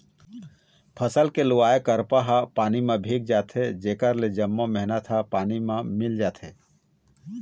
फसल के लुवाय करपा ह पानी म भींग जाथे जेखर ले जम्मो मेहनत ह पानी म मिल जाथे